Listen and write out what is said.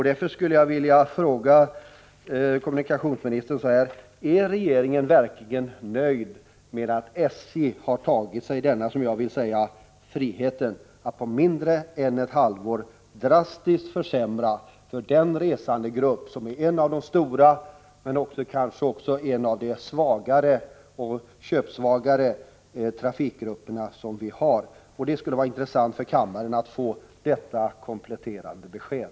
Därför skulle jag vilja fråga kommunikationsministern: Är regeringen verkligen nöjd med att SJ har, som jag skulle vilja uttrycka det, tagit sig friheten att på mindre än ett halvår drastiskt försämra för en av de stora men också en av de köpsvagare trafikantgrupperna? Det skulle vara intressant för kammaren att få detta kompletterande besked.